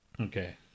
Okay